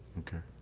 okay.